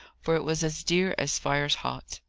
for it was as dear as fire's hot.